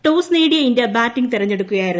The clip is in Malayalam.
ടോസ് നേടിയ ബാറ്റിംഗ് തെരഞ്ഞെടുക്കുകയായിരുന്നു